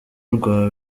rwa